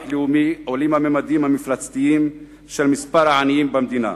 לאומי עולים הממדים המפלצתיים של מספר העניים במדינה.